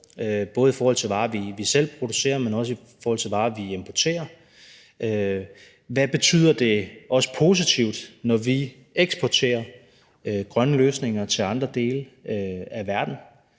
både i forhold til varer, vi selv producerer, men også i forhold til varer, vi importerer? Hvad betyder det, også positivt, når vi eksporterer grønne løsninger til andre dele af verden?